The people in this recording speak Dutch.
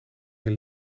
meer